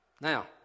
Now